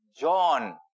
John